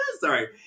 Sorry